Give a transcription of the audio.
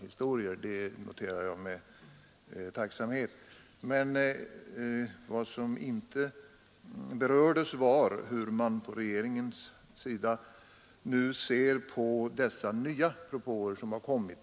Vad som emellertid inte berördes var hur regeringen nu ser på de nya propåer som har kommit.